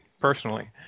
personally